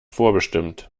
vorbestimmt